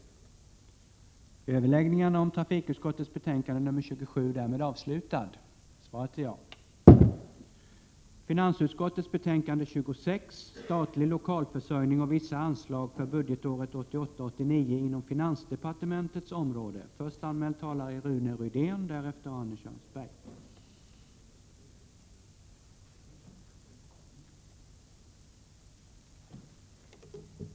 Kammaren övergick till att debattera finansutskottets betänkande 26 om statlig lokalförsörjning och vissa anslag för budgetåret 1988/89 inom finansdepartementets verksamhetsområde.